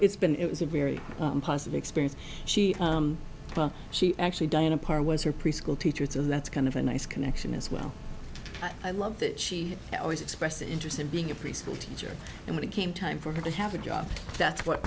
it's been it was a very positive experience she well she actually diana parr was her preschool teacher so that's kind of a nice connection as well i love that she always expressed an interest in being a preschool teacher and when it came time for her to have a job that's what